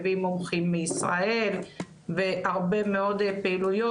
מביאים מומחים מישראל והרבה מאוד פעילויות,